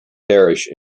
parish